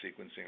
sequencing